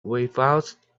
without